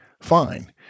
fine